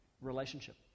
relationship